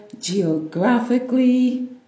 geographically